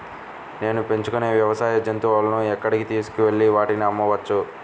నేను పెంచుకొనే వ్యవసాయ జంతువులను ఎక్కడికి తీసుకొనివెళ్ళి వాటిని అమ్మవచ్చు?